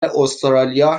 استرالیا